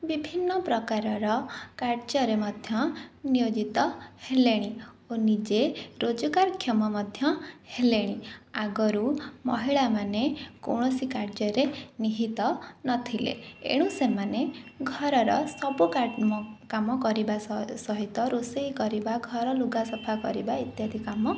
ବିଭିନ୍ନପ୍ରକାରର କାର୍ଯ୍ୟରେ ମଧ୍ୟ ନିୟୋଜିତ ହେଲେଣି ଓ ନିଜେ ରୋଜଗାର କ୍ଷମ ମଧ୍ୟ ହେଲେଣି ଆଗରୁ ମହିଳାମାନେ କୌଣସି କାର୍ଯ୍ୟରେ ନିହିତ ନଥିଲେ ଏଣୁ ସେମାନେ ଘରର ସବୁ କାମ କାମ କରିବା ସହିତ ରୋଷେଇ କରିବା ଘର ଲୁଗାସଫା କରିବା ଇତ୍ୟାଦି କାମ